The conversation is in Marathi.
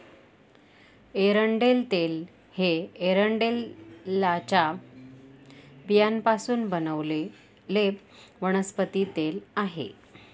एरंडेल तेल हे एरंडेलच्या बियांपासून बनवलेले वनस्पती तेल आहे